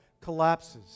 collapses